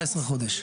18 חודשים.